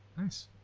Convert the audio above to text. Nice